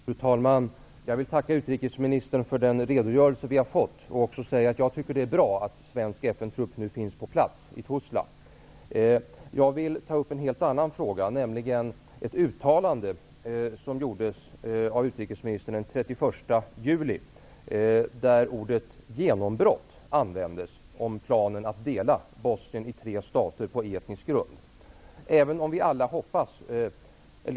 Fru talman! Jag vill tacka utrikesministern för den redogörelse vi har fått och även säga att jag tycker att det är bra att svensk FN-trupp nu finns på plats i Tuzla. Jag vill ta upp en helt annan fråga, nämligen ett uttalande som gjordes av utrikesministern den 31 juli. Ordet genombrott användes där om planen att dela Bosnien i tre stater på etnisk grund.